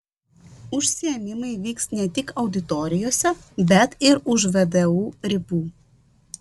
užsiėmimai vyks ne tik auditorijose bet ir už vdu ribų